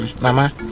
Mama